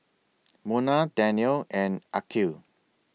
Munah Daniel and Aqil